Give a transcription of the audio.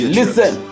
listen